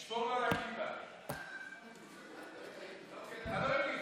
לשמור לו על הכיפה, אל תתחילו,